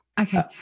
Okay